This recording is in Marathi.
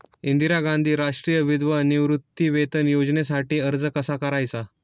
इंदिरा गांधी राष्ट्रीय विधवा निवृत्तीवेतन योजनेसाठी अर्ज कसा करायचा?